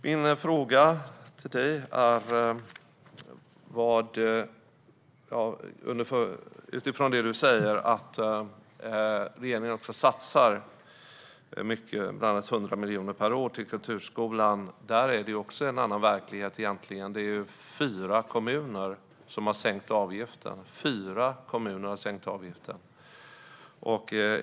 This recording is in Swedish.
Min fråga till dig, Anna Wallentheim, utgår från det du säger om att regeringen satsar mycket, bland annat 100 miljoner per år, på kulturskolan. Också där är verkligheten egentligen en annan. Det är fyra kommuner som har sänkt avgiften.